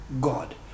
God